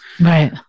Right